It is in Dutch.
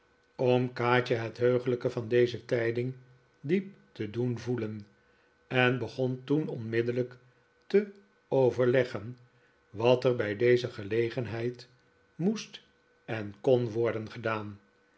om kaatje het heuglijke van deze tijding diep te doen voelen en begon toen onmiddellijk te overleggen wat er bij deze gelegenheid moest en kon worden gedaan